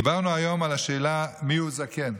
דיברנו היום על השאלה מיהו זקן,